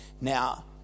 Now